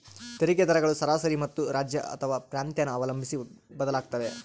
ತೆರಿಗೆ ದರಗಳು ಸರಾಸರಿ ಮತ್ತು ರಾಜ್ಯ ಅಥವಾ ಪ್ರಾಂತ್ಯನ ಅವಲಂಬಿಸಿ ಬದಲಾಗುತ್ತವೆ